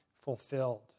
fulfilled